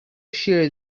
shear